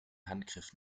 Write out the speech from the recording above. handgriff